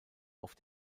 auf